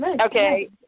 Okay